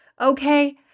Okay